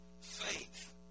faith